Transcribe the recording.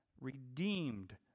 redeemed